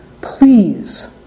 please